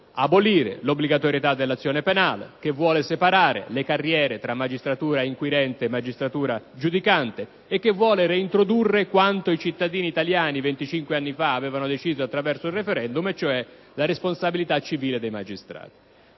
abolire l'obbligatorietà dell'azione penale, che vuole separare le carriere tra magistratura inquirente e magistratura giudicante e che vuole reintrodurre quanto i cittadini italiani 25 anni fa avevano deciso attraverso un *referendum*, cioè la responsabilità civile del magistrato.